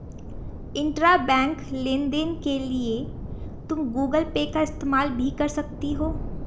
intrabank लेन देन के लिए तुम गूगल पे का इस्तेमाल भी कर सकती हो